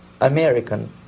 American